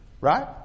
Right